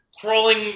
crawling